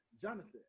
Jonathan